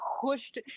pushed